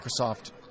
microsoft